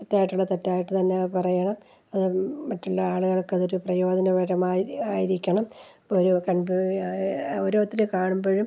തെറ്റായിട്ടുള്ളത് തെറ്റായിട്ടു തന്നെ പറയണം അതു മറ്റുള്ള ആളുകൾക്കതൊരു പ്രയോജനമായിട്ടു മാതിരി ആയിരിക്കണം ഇപ്പം ഒരു കൺടററിയായ ഓരോത്തരെ കാണുമ്പോഴും